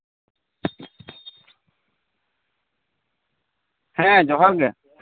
ᱦᱮᱸ ᱡᱚᱦᱟᱨ ᱜᱮ